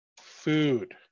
food